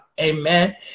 Amen